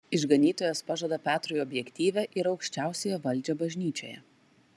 išganytojas pažada petrui objektyvią ir aukščiausiąją valdžią bažnyčioje